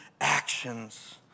actions